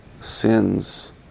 sins